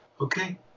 okay